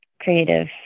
creative